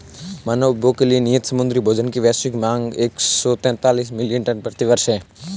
मानव उपभोग के लिए नियत समुद्री भोजन की वैश्विक मांग एक सौ तैंतालीस मिलियन टन प्रति वर्ष है